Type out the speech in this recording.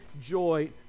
joy